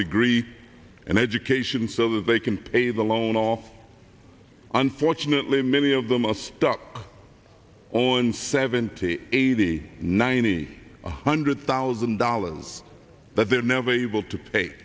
degree and education so they can pay the loan off unfortunately many of them are stuck on seventy eighty ninety one hundred thousand alos but they're never able to pay